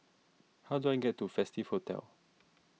how do I get to Festive Hotel